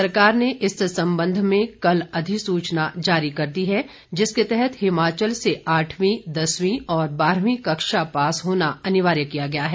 सरकार ने इस संबंध में कल अधिसुचना जारी कर दी है जिसके तहत हिमाचल से आठवी दसवी और बारहवीं कक्षा पास होना अनिवार्य किया गया है